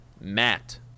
Matt